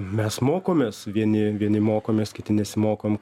mes mokomės vieni vieni mokomės kiti nesimokom